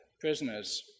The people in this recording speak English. prisoners